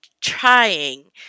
trying